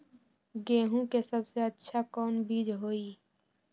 गेंहू के सबसे अच्छा कौन बीज होई?